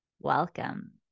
Welcome